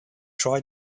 try